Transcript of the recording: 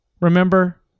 remember